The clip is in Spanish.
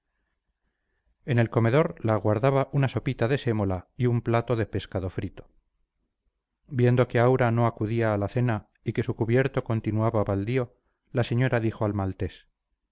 en el comedor la aguardaba una sopita de sémola y un plato de pescado frito viendo que aura no acudía a la cena y que su cubierto continuaba baldío la señora dijo al maltés